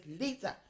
later